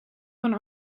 van